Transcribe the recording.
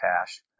cash